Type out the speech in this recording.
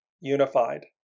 unified